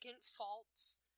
faults